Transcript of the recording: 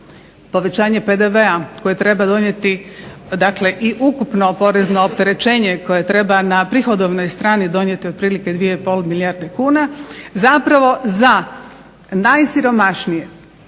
povećanje PDV-a koje treba donijeti dakle i ukupno porezno opterećenje koje treba na prihodovnoj strani donijeti otprilike 2,5 milijarde kuna zapravo za najsiromašnije,